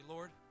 Lord